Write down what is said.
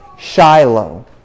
Shiloh